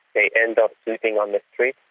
they end up sleeping on the street,